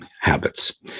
habits